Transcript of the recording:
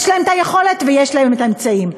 יש להם יכולת ויש להם אמצעים.